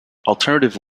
alternative